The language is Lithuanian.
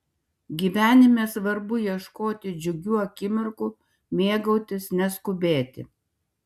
gyvenime svarbu ieškoti džiugių akimirkų mėgautis neskubėti